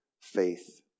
faith